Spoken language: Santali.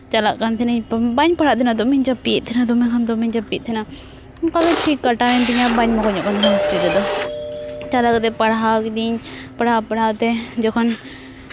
ᱪᱟᱞᱟᱜ ᱠᱟᱱ ᱛᱟᱦᱮᱱᱤᱧ ᱵᱟᱹᱧ ᱯᱟᱲᱦᱟᱜ ᱠᱟᱱ ᱛᱟᱦᱮᱱᱟ ᱫᱚᱢᱮᱧ ᱡᱟᱹᱯᱤᱫ ᱮᱫ ᱛᱟᱦᱮᱱᱟ ᱫᱚᱢᱮ ᱠᱷᱟᱱ ᱫᱚᱢᱮᱧ ᱡᱟᱹᱯᱤᱫ ᱮᱫ ᱛᱟᱦᱮᱱᱟ ᱚᱱᱠᱟ ᱜᱮ ᱴᱷᱤᱠ ᱠᱟᱴᱟᱣ ᱮᱱ ᱛᱤᱧᱟ ᱵᱟᱹᱧ ᱢᱚᱠᱚᱧᱚᱜ ᱠᱟᱱ ᱛᱟᱦᱮᱱᱟ ᱦᱳᱥᱴᱮᱞ ᱨᱮᱫᱚ ᱪᱟᱞᱟᱣ ᱠᱟᱛᱮᱜ ᱯᱟᱲᱦᱟᱣ ᱠᱤᱫᱤᱧ ᱯᱟᱲᱦᱟᱣ ᱯᱟᱲᱦᱟᱣ ᱛᱮ ᱡᱚᱠᱷᱚᱱ